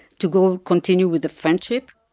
to go continue with a friendship,